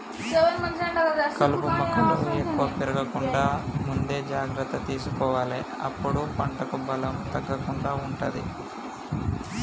కలుపు మొక్కలు ఎక్కువ పెరగకుండా ముందే జాగ్రత్త తీసుకోవాలె అప్పుడే పంటకు బలం తగ్గకుండా ఉంటది